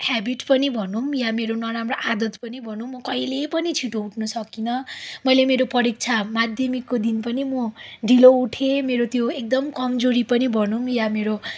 habit पनि भनौँ या मेरो नराम्रो आदत पनि भनौँ म कहिले पनि छिटो उठ्न सकिनँ मैले मेरो परीक्षा माध्यमिकको दिन पनि म ढिलो उठेँ मेरो त्यो एकदम कमजोरी पनि भनौँ या मेरो